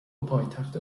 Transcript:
پایتخت